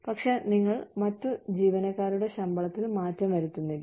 പക്ഷേ നിങ്ങൾ മറ്റ് ജീവനക്കാരുടെ ശമ്പളത്തിൽ മാറ്റം വരുത്തുന്നില്ല